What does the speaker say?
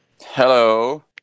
Hello